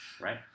right